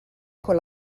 con